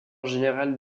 général